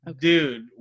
Dude